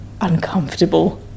uncomfortable